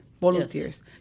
volunteers